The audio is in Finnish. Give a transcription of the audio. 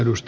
tässä